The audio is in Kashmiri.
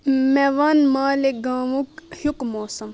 مےٚ ون مالیگاوُک ہِیُک موسم